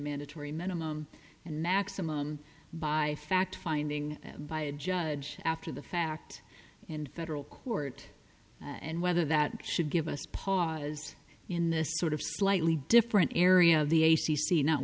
mandatory minimum and maximum by fact finding by a judge after the fact in federal court and whether that should give us pause in this sort of slightly different area of the a c c not